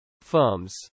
firms